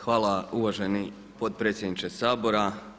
Hvala uvaženi potpredsjedniče Sabora.